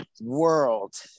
world